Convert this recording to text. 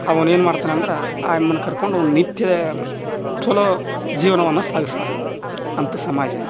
ಅವ್ನೇನು ಮಾಡ್ತಾನಂದ್ರ ಆಯಮ್ಮನ ಕರ್ಕೊಂಡು ಒಂದು ನಿತ್ಯ ಛಲೊ ಜೀವನವನ್ನ ಸಾಗಸ್ತಾನೆ ಅಂತ ಸಮಾಜ